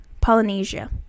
Polynesia